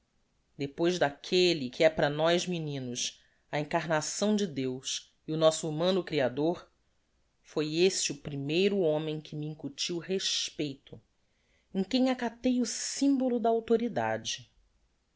depois daquelle que é para nós meninos a encarnação de deus e o nosso humano creador foi esse o primeiro homem que me incutiu respeito em quem acatei o symbolo da authoridade